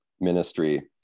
ministry